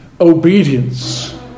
obedience